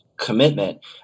commitment